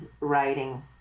writing